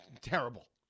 terrible